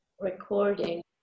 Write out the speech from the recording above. recording